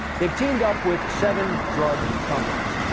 they've teamed up with seven drug companies.